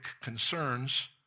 concerns